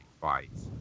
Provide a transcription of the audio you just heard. fights